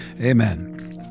Amen